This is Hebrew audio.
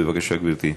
בבקשה, גברתי.